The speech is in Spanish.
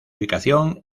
ubicación